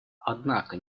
однако